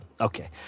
Okay